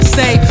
say